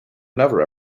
another